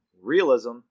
realism